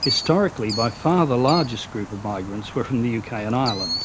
historically by far the largest group of migrants were from the uk and ireland